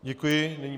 Děkuji.